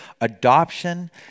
Adoption